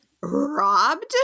robbed